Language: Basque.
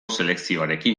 selekzioarekin